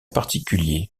particulier